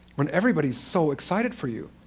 when everybody's so excited for you.